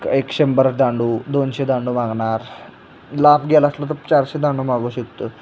एक शंभर दांडू दोनशे दांडू मागणार लाभ गेला असलं तर चारशे दांडू मागवू शकतो